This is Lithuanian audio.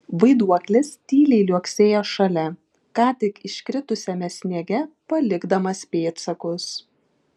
vaiduoklis tyliai liuoksėjo šalia ką tik iškritusiame sniege palikdamas pėdsakus